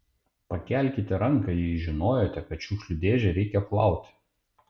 pakelkite ranką jei žinojote kad šiukšlių dėžę reikia plauti